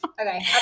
okay